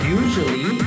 usually